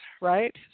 right